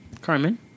carmen